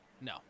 No